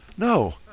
No